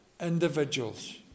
individuals